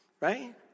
Right